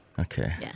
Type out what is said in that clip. Okay